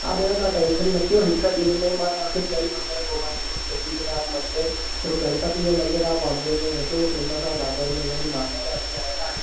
हा भेण तव्हां टेंशन न कयो हिक ॾींहं में मां तव्हां खे टेई मंदर घुमाईंदुमि सिद्धिविनायक मंदरु जेको गणपतीअ जो मंदरु आहे बॉम्बे में हेॾो फेमस आहे दादर में उनजी एॾी मान्यता आहे एॾा